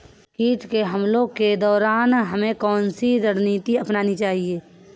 कीटों के हमलों के दौरान हमें कौन सी रणनीति अपनानी चाहिए?